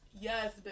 Yes